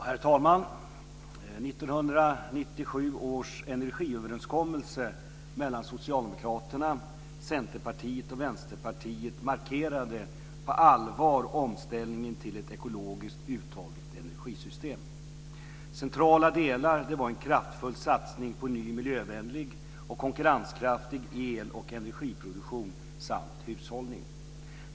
Herr talman! 1997 års energiöverenskommelse mellan Socialdemokraterna, Centerpartiet och Vänsterpartiet markerade på allvar omställningen till ett ekologiskt uthålligt energisystem. Centrala delar var en kraftfull satsning på ny miljövänlig och konkurrenskraftig el och energiproduktion samt hushållning.